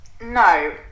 no